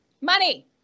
Money